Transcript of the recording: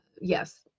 yes